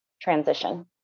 transition